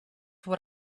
what